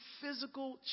physical